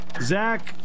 Zach